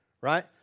right